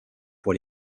pour